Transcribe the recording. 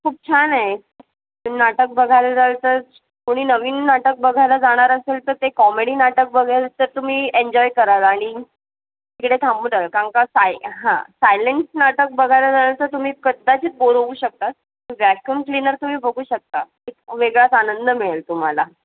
खूप छान आहे नाटक बघायला जाल तर कोणी नवीन नाटक बघायला जाणार असेल तर ते कॉमेडी नाटक बघायला तर तुम्ही एन्जॉय कराल आणि तिकडे थांबू द्याल कारण का साय हां सायलेन्स नाटक बघायला जाल तर तुम्ही कदाचित बोर होऊ शकतात वॅक्युम क्लिनर तुम्ही बघू शकता एक वेगळाच आनंद मिळेल तुम्हाला